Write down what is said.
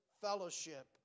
fellowship